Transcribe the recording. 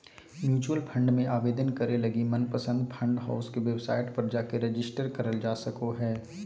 mutual fund मे आवेदन करे लगी मनपसंद फंड हाउस के वेबसाइट पर जाके रेजिस्टर करल जा सको हय